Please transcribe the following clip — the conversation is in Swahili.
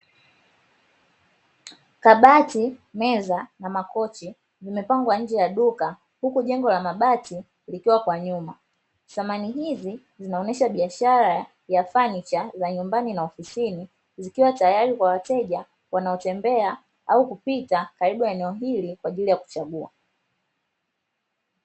Kabati, meza, na makochi zimepangwa nje ya duka, huku jengo la mabati likiwa kwa nyuma, samani hizi zinaonesha biashara ya fanicha za nyumbani, na ofisini zikiwa tayari kwa wateja, wanaotembea au kupita karibu na eneo hili kwaajiri ya kuchagua.